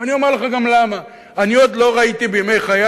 ואומר לכם גם למה: עוד לא ראיתי בימי חיי